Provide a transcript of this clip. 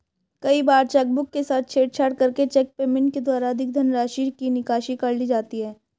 कई बार चेकबुक के साथ छेड़छाड़ करके चेक पेमेंट के द्वारा अधिक धनराशि की निकासी कर ली जाती है